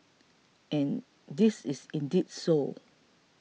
and it is indeed so